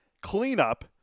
cleanup